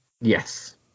Yes